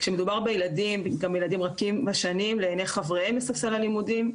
כשמדובר בילדים רכים בשנים לעיני חבריהם לספסל הלימודים,